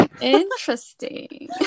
interesting